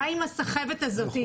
די עם הסחבת הזאת,